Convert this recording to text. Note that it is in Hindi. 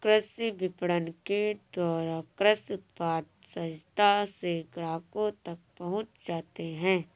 कृषि विपणन के द्वारा कृषि उत्पाद सहजता से ग्राहकों तक पहुंच जाते हैं